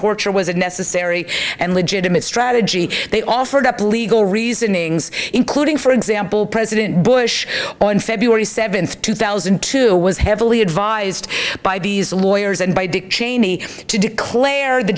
torture was a necessary and legitimate strategy they offered up legal reasonings including for example president bush on february seventh two thousand to one is heavily advised by these lawyers and by dick cheney to declare the